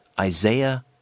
Isaiah